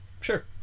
Sure